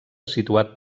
situat